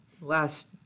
last